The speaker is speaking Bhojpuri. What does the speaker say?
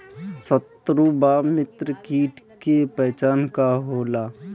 सत्रु व मित्र कीट के पहचान का होला?